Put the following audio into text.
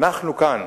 אנחנו כאן,